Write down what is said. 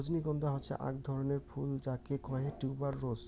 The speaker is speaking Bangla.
রজনীগন্ধা হসে আক রকমের ফুল যাকে কহে টিউবার রোস